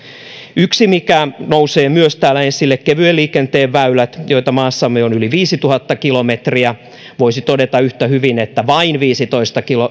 yksi mikä nousee myös täällä esille on kevyen liikenteen väylät joita maassamme on yli viisituhatta kilometriä voisi todeta yhtä hyvin että vain